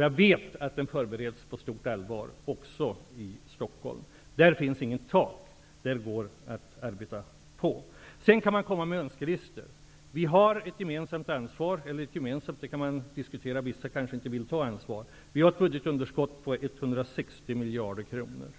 Jag vet att detta förbereds på stort allvar, även i Stockholm. Det finns inget tak. Sedan kan man naturligtvis komma med önskelistor. Vi har ett gemensamt ansvar. Det kan dock diskuteras om alla vill ta ett ansvar. Vi har ett budgetunderskott på 160 miljarder kronor.